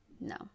No